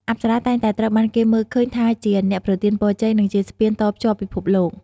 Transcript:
អប្សរាតែងតែត្រូវបានគេមើលឃើញថាជាអ្នកប្រទានពរជ័យ និងជាស្ពានតភ្ជាប់ពិភពលោក។